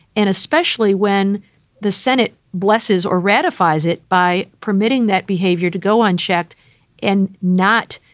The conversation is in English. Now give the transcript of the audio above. and especially when the senate blesses or ratifies it by permitting that behavior to go unchecked and not